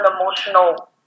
emotional